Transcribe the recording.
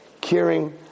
caring